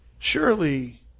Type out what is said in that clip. Surely